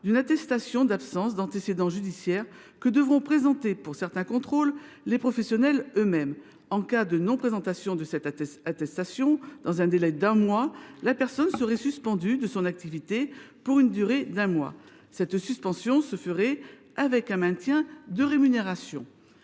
d’une attestation d’absence d’antécédent judiciaire que devront présenter, pour certains contrôles, les professionnels eux mêmes. En cas de non présentation de cette attestation dans un délai d’un mois, la personne serait suspendue de son activité pour une durée d’un mois, avec maintien de la rémunération.